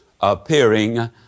appearing